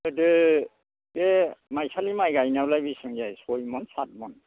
गोदो बे माइसालि माइ गायनायावलाय बिसिबां जायो सय मन सात मन